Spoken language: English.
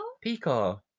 pico